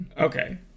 okay